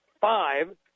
five